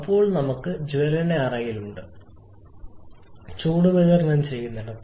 അപ്പോൾ നമുക്ക് ജ്വലന അറയുണ്ട് ചൂട് വിതരണം ചെയ്യുന്നിടത്ത്